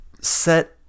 set